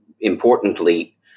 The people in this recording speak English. importantly